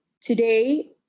today